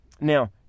Now